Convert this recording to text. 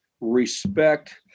respect